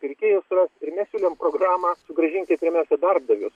pirkėjus rast ir mes siūlėm programą sugrąžinkit pirmiausia darbdavius